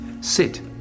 Sit